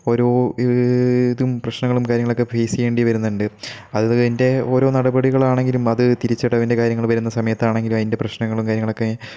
ഓരോ ഇതും പ്രശ്നങ്ങളും കാര്യങ്ങളൊക്കെ ഫേയ്സ് ചെയ്യേണ്ടി വരുന്നുണ്ട് അത് ഇതിൻ്റെ ഓരോ നടപടികളാണെങ്കിലും അത് തിരിച്ചടവിൻ്റെ കാര്യങ്ങൾ വരുന്ന സമയത്താണെങ്കിലും അതിൻ്റെ പ്രശ്നങ്ങളും കാര്യങ്ങളൊക്കെ